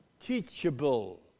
teachable